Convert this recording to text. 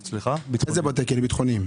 ביטחוניים.